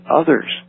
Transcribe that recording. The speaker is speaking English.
others